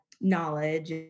knowledge